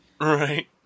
Right